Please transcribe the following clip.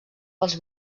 pels